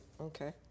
Okay